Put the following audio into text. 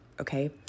okay